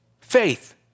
Faith